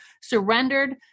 surrendered